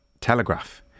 Telegraph